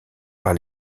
par